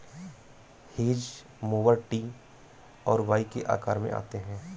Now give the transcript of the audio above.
hedge mower T और Y के आकार में आते हैं